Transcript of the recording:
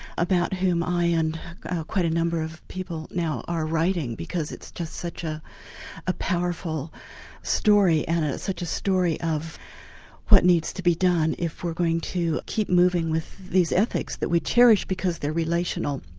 about whom i and quite a number of people now are writing, because it's just such ah a powerful story, and ah such a story of what needs to be done if we're going to keep moving with these ethics that we cherish because they're relational,